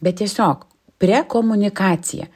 bet tiesiog prekomunikacija